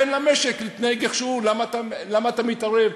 תן למשק להתנהג איך שהוא, למה אתה מתערב?